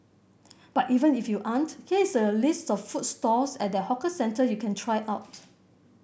but even if you aren't here is a list of food stalls at that hawker centre you can try out